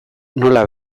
nola